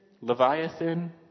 Leviathan